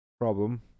Problem